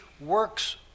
works